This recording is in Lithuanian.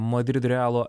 madrido realo